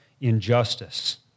injustice